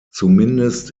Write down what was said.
zumindest